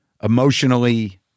emotionally